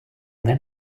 then